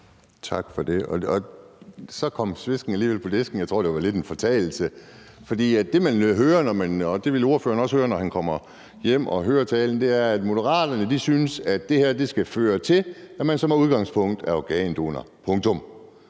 Tak for det. Så kom svesken alligevel på disken. Jeg tror, det var lidt en fortalelse, for det, man hører – det vil ordføreren også høre, når han kommer hjem og hører talen – er, at Moderaterne synes, at det her skal føre til, at man som udgangspunkt er organdonor, punktum!